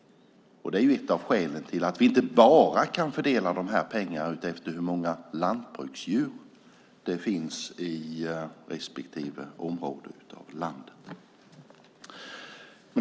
Det är ett av skälen till att vi inte kan fördela dessa pengar enbart efter hur många lantbruksdjur det finns i respektive område i landet.